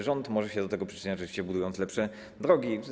Rząd może się do tego przyczyniać, budując lepsze drogi.